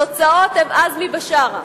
התוצאות הן, עזמי בשארה.